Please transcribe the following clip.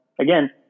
Again